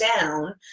down